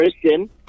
Christian